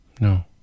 No